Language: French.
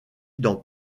dans